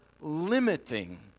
limiting